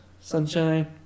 sunshine